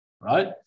Right